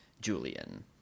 Julian